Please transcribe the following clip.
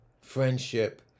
friendship